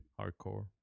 hardcore